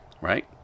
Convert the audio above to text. right